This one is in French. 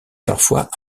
parfois